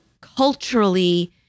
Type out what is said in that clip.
culturally